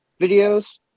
videos